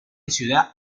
ciudad